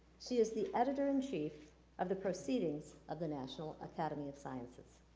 she is the editor in chief of the proceedings of the national academy of sciences.